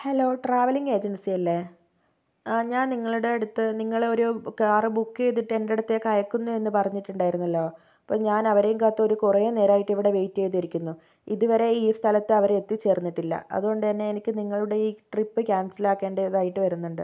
hello travelling agency അല്ലേ ഞാന് നിങ്ങളുടെ അടുത്ത് നിങ്ങളുടെ ഒരു കാറ് ബുക്ക് ചെയ്തിട്ട് എന്റെ അടുത്തേക്ക് അയക്കുന്നു എന്ന് പറഞ്ഞിട്ടുണ്ടായിരുന്നല്ലോ ഇപ്പം ഞാനവരെയും കാത്ത് ഒരു കുറെ നേരമായിട്ട് ഇവിടെ വെയിറ്റ് ചെയ്തിരിക്കുന്നു ഇതുവരെ ഈ സ്ഥലത്ത് അവര് എത്തി ചേര്ന്നിട്ടില്ല അതുകൊണ്ട് തന്നെ എനിക്ക് നിങ്ങളുടെ ഈ ട്രിപ്പ് ക്യാന്സലാക്കേണ്ടതായിട്ട് വരുന്നുണ്ട്